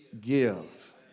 give